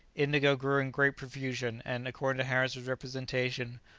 indigo grew in great profusion, and, according to harris's representation,